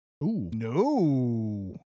No